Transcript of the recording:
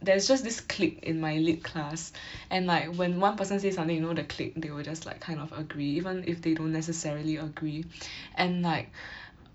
there's just this clique in my lit class and like when one person say something you know the clique they will just like kind of agree even if they don't necessarily agree and like